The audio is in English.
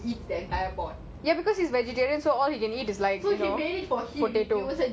ya because it's vegetarian so all he can eat is like you know potato